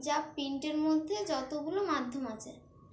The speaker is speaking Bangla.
যা প্রিন্টের মধ্যে যতগুলো মাধ্যম আছে